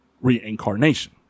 reincarnation